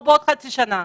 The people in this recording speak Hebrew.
עוד חצי שנה?